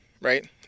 right